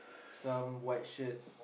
some white shirt